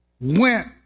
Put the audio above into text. went